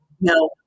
No